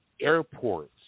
airports